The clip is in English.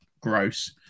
gross